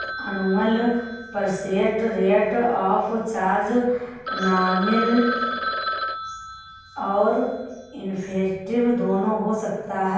annual percent rate of charge nominal और effective दोनों हो सकता है